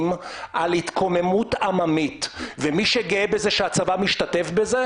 על התקוממות עממית ומי שגאה בזה שהצבא משתתף בזה,